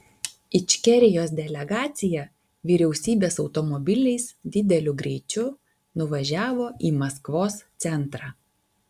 ičkerijos delegacija vyriausybės automobiliais dideliu greičiu nuvažiavo į maskvos centrą